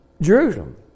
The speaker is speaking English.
Jerusalem